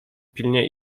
pilnie